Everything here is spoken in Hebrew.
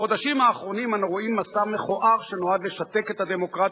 בחודשים האחרונים אנו רואים מסע מכוער שנועד לשתק את הדמוקרטיה,